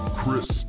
chris